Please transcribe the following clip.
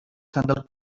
candle